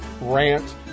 rant